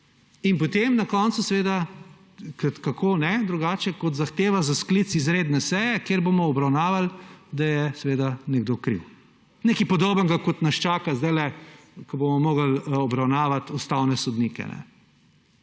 in potem na koncu seveda, ker kako ne drugače kot zahteva za sklic izredne seje, kjer bomo obravnavali, da je seveda nekdo kriv. Nekaj podobnega, kot nas čaka zdaj, ko bomo morali obravnavati ustavne sodnike